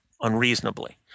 unreasonably